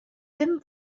him